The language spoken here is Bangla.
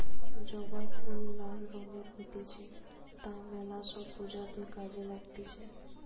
জবা ফুল লাল রঙের হতিছে তা মেলা সব পূজাতে কাজে লাগতিছে